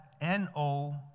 N-O